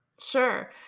Sure